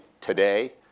today